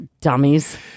Dummies